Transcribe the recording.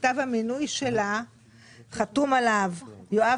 ולא סתם ועדה ממשלתית אלא ועדה ממשלתית שעל כתב המינוי שלה חתום יואב